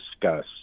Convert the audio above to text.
discuss